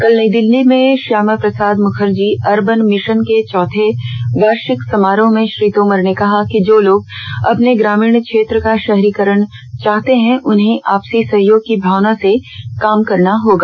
कल नई दिल्ली में Shyama Prasad Mukherjee urban mission के चौथे वार्षिकोत्सव समारोह में श्री तोमर ने कहा कि जो लोग अपने ग्रामीण क्षेत्र का शहरीकरण चाहते हैं उन्हें आपसी सहयोग की भावना से काम करना होगा